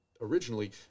originally